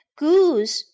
Goose，